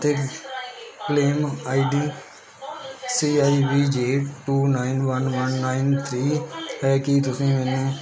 claim ID C I B J two nine one one nine three ਹੈ ਕੀ ਤੁਸੀਂ ਮੈਨੂੰ